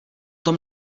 tom